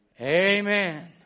Amen